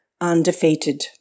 undefeated